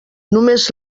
només